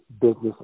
business